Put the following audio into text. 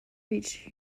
reached